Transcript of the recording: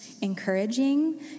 encouraging